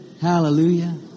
Hallelujah